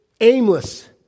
aimless